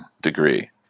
degree